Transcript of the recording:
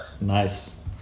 Nice